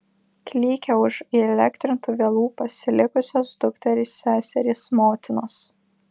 klykė už įelektrintų vielų pasilikusios dukterys seserys motinos